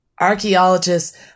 Archaeologists